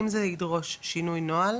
אם זה ידרוש שינוי נוהל